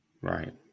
Right